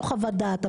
לא חוות דעת,